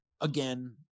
again